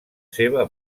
seva